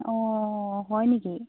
অঁ হয় নেকি